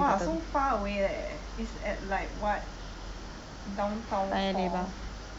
!wah! so far away leh it is at like what downtown line leh